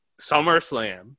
SummerSlam